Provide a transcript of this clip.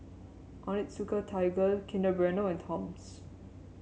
Onitsuka Tiger Kinder Bueno and Toms